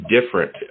different